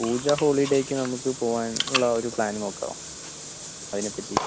പൂജ ഹോളിഡേയ്ക്കു നമുക്ക് പോവാമെന്നുള്ള ഒരു പ്ലാൻ നോക്കാം അതിനെപ്പറ്റി